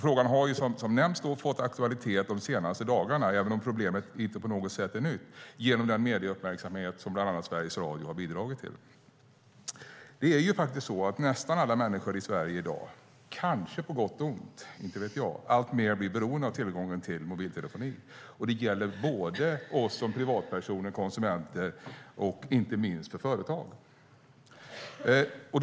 Frågan har, som nämnts, fått aktualitet de senaste dagarna - även om problemet inte på något sätt är nytt - genom den medieuppmärksamhet som bland annat Sveriges Radio har bidragit till. Nästan alla människor i Sverige i dag - kanske på gott och ont, inte vet jag - blir alltmer beroende av tillgång till mobiltelefoni. Det gäller både oss som privatpersoner, konsumenter, och inte minst för företagen.